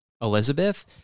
Elizabeth